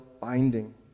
binding